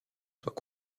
soient